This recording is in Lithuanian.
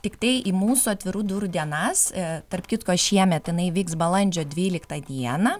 tiktai į mūsų atvirų durų dienas tarp kitko šiemet jinai vyks balandžio dvyliktą dieną